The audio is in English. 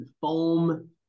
foam